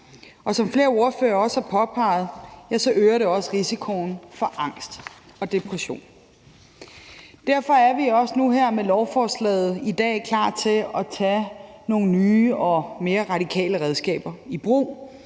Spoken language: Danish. som flere ordførere også har påpeget, øger det også risikoen for angst og depression. Derfor er vi også nu her med lovforslaget i dag klar til at tage nogle nye og mere radikale redskaber i brug,